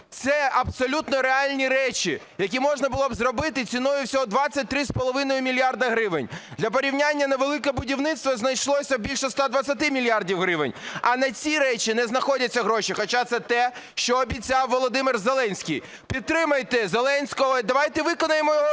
це абсолютно реальні речі, які можна було б зробити ціною всього 23,5 мільярда гривень. Для порівняння: на "Велике будівництво" знайшлося більше 120 мільярдів гривень, а на ці речі не знаходяться гроші, хоча це те, що обіцяв Володимир Зеленський. Підтримайте Зеленського і давайте виконаємо його